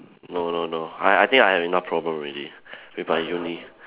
no no no I I think I have enough problem already with my uni